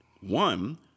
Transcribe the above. One